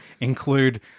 include